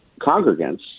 congregants